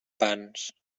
pans